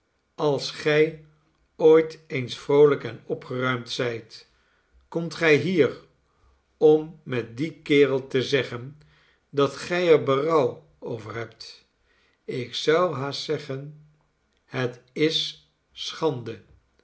als gij ooit eens vroolijk en opgeruimd zijt komt gij hier om met dien kerel te zeggen dat gij er berouw over hebt ik zou haast zeggen het is schande